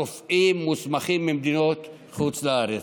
רופאים מוסמכים ממדינות בחוץ לארץ.